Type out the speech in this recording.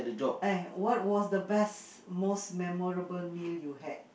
eh what was the best most memorable meal you had